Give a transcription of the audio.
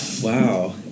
Wow